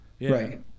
right